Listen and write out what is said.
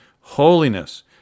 Holiness